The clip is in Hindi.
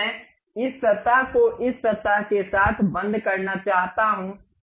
अब मैं इस सतह को इस सतह के साथ बंद करना चाहता हूं